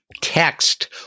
Text